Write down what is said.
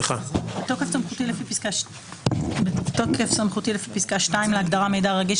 בתוקף סמכותי לפי פסקה (2) להגדרה "מידע רגיש"